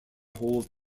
hole